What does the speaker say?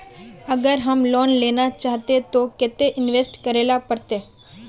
अगर हम लोन लेना चाहते तो केते इंवेस्ट करेला पड़ते?